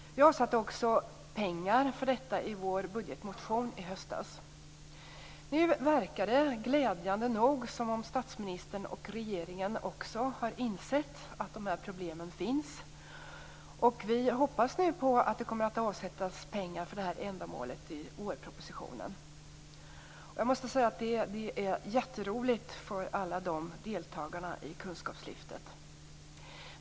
Vi avsatte pengar för detta i vår budgetmotion i höstas. Nu verkar det glädjande nog som att statsministern och regeringen också har insett att de här problemen finns. Vi hoppas nu att det kommer att avsättas pengar för detta ändamål i vårpropositionen. Det vore jätteroligt för alla deltagare i kunskapslyftet.